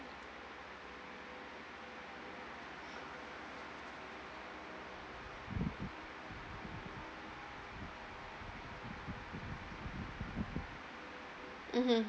mmhmm